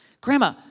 Grandma